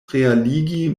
realigi